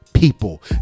people